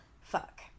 Fuck